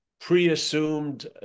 pre-assumed